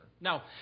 Now